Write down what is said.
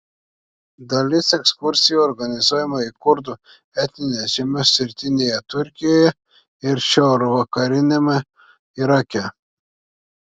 dalis ekskursijų organizuojama į kurdų etnines žemes rytinėje turkijoje ir šiaurvakariniame irake